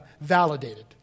validated